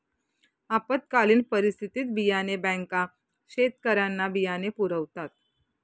आपत्कालीन परिस्थितीत बियाणे बँका शेतकऱ्यांना बियाणे पुरवतात